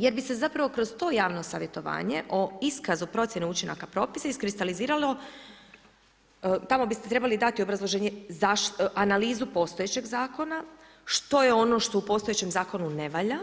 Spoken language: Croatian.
Jer bi se zapravo kroz to javno savjetovanje o iskazu procjene učinaka propisa iskristaliziralo, tamo biste trebali dati obrazloženje analizu postojećeg zakona, što je ono što u postojećem zakonu ne valja,